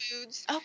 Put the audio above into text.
Foods